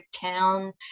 town